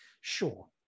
Sure